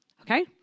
Okay